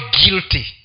guilty